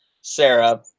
Sarah